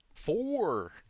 Four